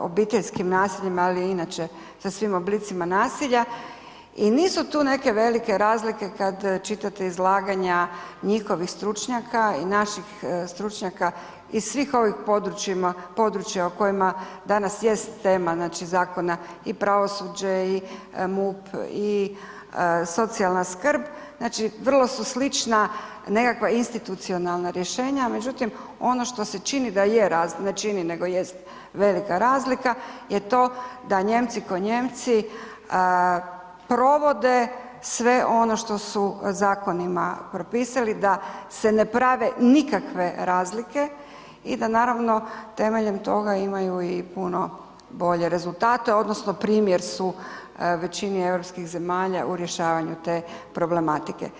obiteljskim nasiljem, ali i inače sa svim oblicima nasilja i nisu tu neke velike razlike kad čitate izlaganja njihovih stručnjaka i naših stručnjaka iz svih ovih područjima, područja o kojima danas jest tema, znači zakona i pravosuđe i MUP i socijalna skrb, znači vrlo su slična nekakva institucionalna rješenja, međutim ono što se čini da je, ne čini nego jest velika razlika je to da Nijemci ko Nijemci provode sve ono što su zakonima propisali, da se ne prave nikakve razlike i da naravno temeljem toga imaju i puno bolje rezultate odnosno primjer su većini europskih zemalja u rješavanju te problematike.